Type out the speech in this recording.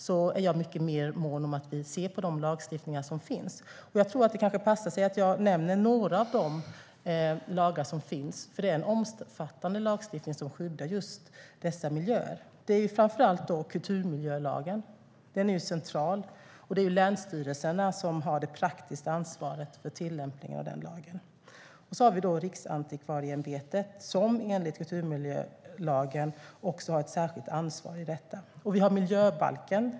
Jag är därför mycket mer mån om att vi ser på de lagstiftningar som finns. Det kanske passar att jag nämner några av de lagar som finns. Det är en omfattande lagstiftning som skyddar just dessa miljöer. Det är framför allt kulturmiljölagen. Den är central, och det är länsstyrelserna som har det praktiska ansvaret för tillämpningen av den lagen. Vi har Riksantikvarieämbetet som enligt kulturmiljölagen också har ett särskilt ansvar i detta. Vi har miljöbalken.